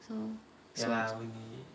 so so so